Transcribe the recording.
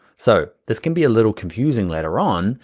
so this can be a little confusing later on.